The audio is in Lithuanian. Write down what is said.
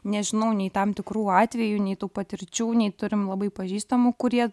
nežinau nei tam tikrų atvejų nei tų patirčių nei turim labai pažįstamų kurie